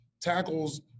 tackles